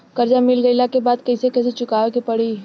कर्जा मिल गईला के बाद कैसे कैसे चुकावे के पड़ी?